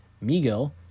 Miguel